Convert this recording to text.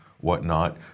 whatnot